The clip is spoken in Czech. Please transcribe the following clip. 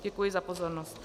Děkuji za pozornost.